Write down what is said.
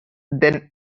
then